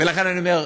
ולכן אני אומר,